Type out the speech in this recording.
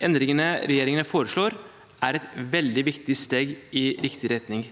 Endringene regjeringen foreslår, er et veldig viktig steg i riktig retning.